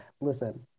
Listen